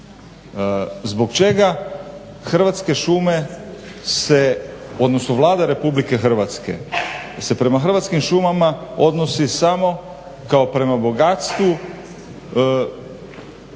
Zbog čega Hrvatske šume, odnosno Vlada Republike Hrvatske se prema Hrvatskim šumama odnosi samo kao prema bogatstvu koje